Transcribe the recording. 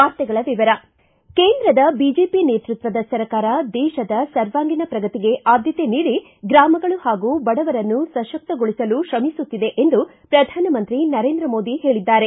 ವಾರ್ತೆಗಳ ವಿವರ ಕೇಂದ್ರದ ಬಿಜೆಪಿ ನೇತೃತ್ವದ ಸರ್ಕಾರ ದೇಶದ ಸರ್ವಾಂಗೀಣ ಶ್ರಗತಿಗೆ ಆದ್ದತೆ ನೀಡಿ ಗ್ರಾಮಗಳು ಹಾಗೂ ಬಡವರನ್ನು ಸಶಕ್ತಗೊಳಿಸಲು ತ್ರಮಿಸುತ್ತಿದೆ ಎಂದು ಪ್ರಧಾನಮಂತ್ರಿ ನರೇಂದ್ರ ಮೋದಿ ಹೇಳಿದ್ದಾರೆ